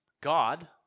God